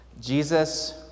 Jesus